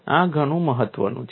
આ ઘણું મહત્ત્વનું છે